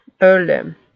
earlier